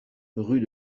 rue